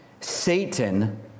Satan